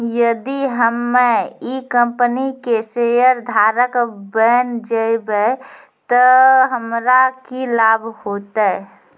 यदि हम्मै ई कंपनी के शेयरधारक बैन जैबै तअ हमरा की लाभ होतै